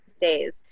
days